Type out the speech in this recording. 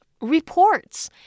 reports